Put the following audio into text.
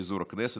פיזור הכנסת.